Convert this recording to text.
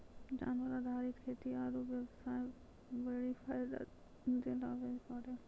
जानवर आधारित खेती आरू बेबसाय बड्डी फायदा दिलाबै पारै